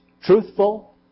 truthful